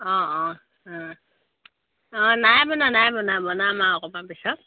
অঁ অঁ অঁ নাই বনোৱা নাই বনোৱা বনাম আৰু অকণমান পিছত